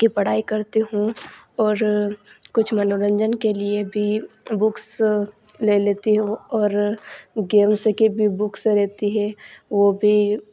के पढ़ाई करती हूँ और कुछ मनोरंजन के लिए भी बुक्स ले लेती हूँ और गेम्स के भी बुक्स रहती है वह भी